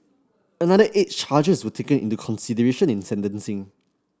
another eight charges were taken into consideration in sentencing